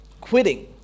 quitting